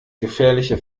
gefährliche